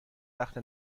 وقت